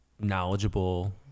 knowledgeable